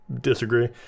disagree